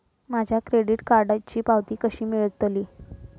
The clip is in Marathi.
माझ्या क्रेडीट कार्डची पावती कशी मिळतली?